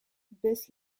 baisse